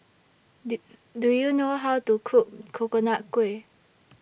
Do YOU know How to Cook Coconut Kuih